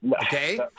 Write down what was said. Okay